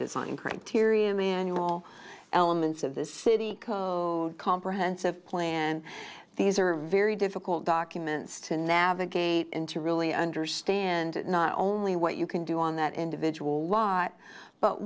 design criteria manual elements of this city comprehensive plan and these are very difficult documents to navigate in to really understand not only what you can do on that individual law but